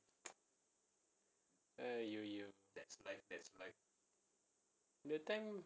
!aiyo! yo that time